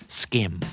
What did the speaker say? skim